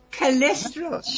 cholesterol